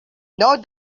note